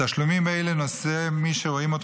בתשלומים האלה נושא מי שרואים אותו